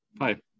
Hi